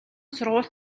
сургууль